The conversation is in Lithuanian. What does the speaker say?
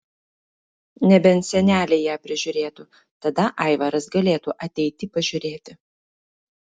nebent seneliai ją prižiūrėtų tada aivaras galėtų ateiti pažiūrėti